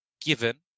given